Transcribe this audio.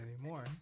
anymore